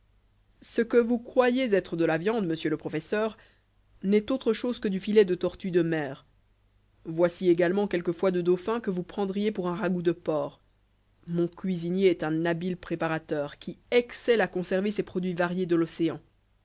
ce que vous croyez être de la viande monsieur le professeur n'est autre chose que du filet de tortue de mer voici également quelques foies de dauphin que vous prendriez pour un ragoût de porc mon cuisinier est un habile préparateur qui excelle à conserver ces produits variés de l'océan